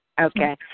Okay